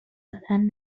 دادن